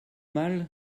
mal